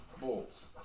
Bolts